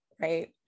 right